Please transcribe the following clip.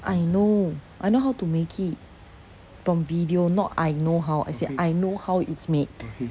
I know I know how to make it from video not I know how as in I know how it's made